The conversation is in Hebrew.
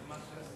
זה מה שעשינו,